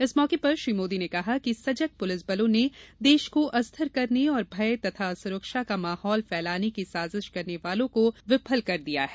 इस मौके पर श्री मोदी ने ॅकहा कि सजग पुलिस बलों ने देश को अस्थिर करने और भय तथा असुरक्षा का माहौल फैलाने की साजिश करने वालों को विफल कर दिया है